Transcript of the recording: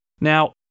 Now